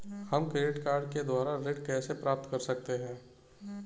हम credit card के द्वारा ऋण कैसे प्राप्त कर सकते हैं?